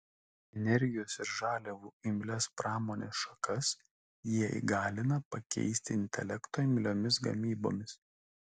energijos ir žaliavų imlias pramonės šakas jie įgalina pakeisti intelekto imliomis gamybomis